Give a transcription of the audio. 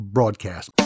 Broadcast